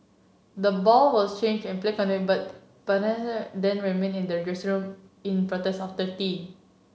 the ball was changed and play continued but then remained in their dressing room in protest after tea